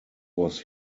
was